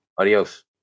Adios